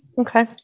Okay